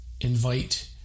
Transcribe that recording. invite